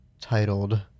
titled